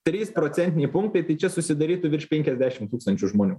trys procentiniai punktai tai čia susidarytų virš penkiasdešim tūkstančių žmonių